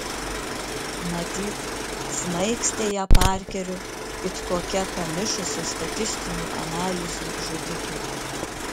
matyt smaigstė ją parkeriu it kokia pamišusi statistinių analizių žudikė